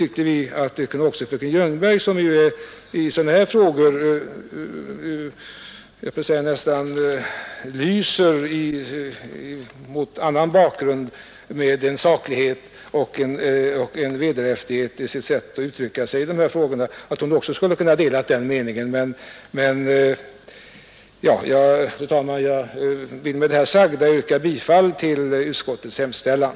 Och vi tycker att fröken Ljungberg som mot annan bakgrund i den här frågan nästan lyser med sin saklighet och vederhäftighet — och i sättet att uttrycka sig — också borde ha kunnat dela den uppfattningen. Fru talman! Med det anförda vill jag yrka bifall till utskottets hemställan.